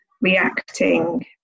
reacting